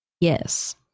Yes